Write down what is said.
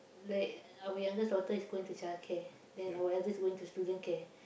like our youngest daughter is going to childcare then our eldest is going to student care